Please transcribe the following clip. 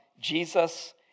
Jesus